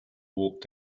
walked